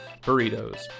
burritos